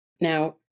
Now